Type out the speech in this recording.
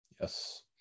Yes